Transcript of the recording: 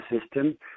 system